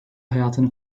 hayatını